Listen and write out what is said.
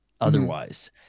otherwise